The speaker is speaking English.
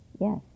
Yes